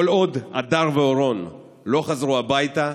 כל עוד הדר ואורון לא חזרו הביתה,